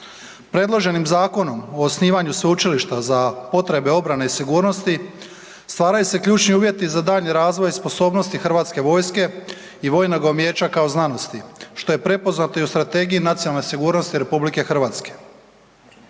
Predloženim zakonom o osnivanju sveučilišta za potrebe obrane i sigurnosti, stvaraju se ključni uvjeti za daljnji razvoj sposobnosti HV-a i vojnoga umijeća kao znanosti, što je prepoznato i u Strategiji nacionalne sigurnost RH.